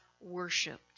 worshipped